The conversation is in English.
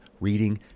reading